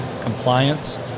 compliance